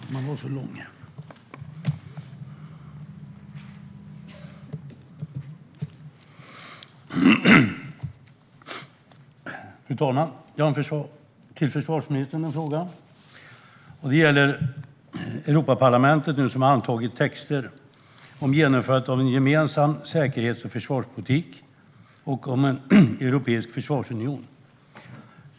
Fru talman! Jag har en fråga till försvarsministern som gäller att Europaparlamentet har antagit texter om genomförande av en gemensam säkerhets och försvarspolitik och om en europeisk försvarsunion.